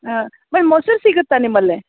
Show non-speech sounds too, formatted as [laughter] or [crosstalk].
ಹಾಂ [unintelligible] ಮೊಸ್ರು ಸಿಗುತ್ತಾ ನಿಮ್ಮಲ್ಲಿ